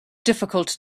difficult